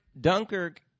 dunkirk